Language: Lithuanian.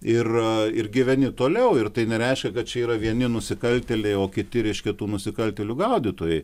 ir ir gyveni toliau ir tai nereiškia kad čia yra vieni nusikaltėliai o kiti reiškia tų nusikaltėlių gaudytojai